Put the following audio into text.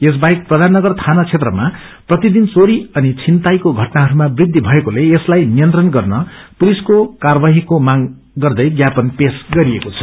यसबाहेक प्रधाननगर थाना क्षेत्रमा प्रतिदिन चोरी अनि छिनताइको घटनाहरूमा वृद्धि भएकोले यसलाई नियन्त्रण गर्न पुलिसको कार्यवाहीको मांग गर्दै ज्ञापन पेश गरिएको छ